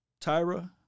Tyra